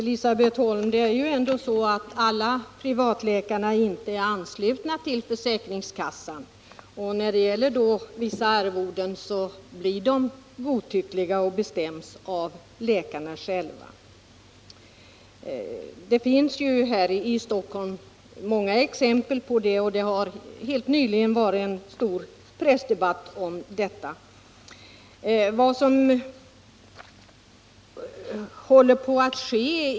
Herr talman! Det är inte så, Elisabet Holm, att alla privatläkare är anslutna till försäkringskassan. Vissa arvoden bestäms av läkarna själva och blir alltså godtyckliga. Det finns många exempel på det här i Stockholm, och det har helt nyligen förekommit en stor pressdebatt i den frågan.